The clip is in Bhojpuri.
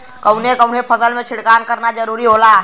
कवने कवने फसल में छिड़काव करब जरूरी होखेला?